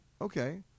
Okay